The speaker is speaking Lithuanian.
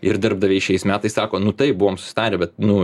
ir darbdaviai šiais metais sako nu taip buvom susitarę bet nu